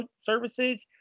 services